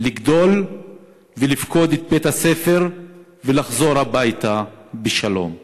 לגדול ולפקוד את בית-הספר ולחזור הביתה בשלום.